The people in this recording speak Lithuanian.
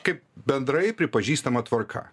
kaip bendrai pripažįstama tvarka